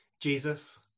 Jesus